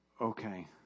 okay